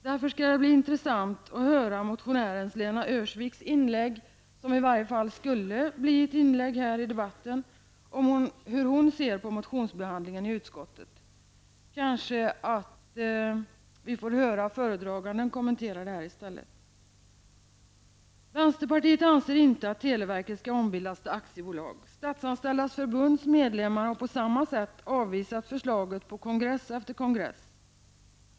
Därför skall det bli intressant att höra motionären Lena Öhrsviks inlägg i debatten, om det nu kommer att hållas, om hur hon ser på motionsbehandlingen i utskottet. Vi kanske i stället får höra utskottets ordförande kommentera detta. Vänsterpartiet anser inte att televerket skall ombildas till aktiebolag. Statsanställdas förbunds medlemmar har på samma sätt avvisat förslaget på kongress efter kongress.